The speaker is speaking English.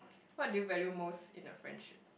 what do you value most in a friendship